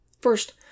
First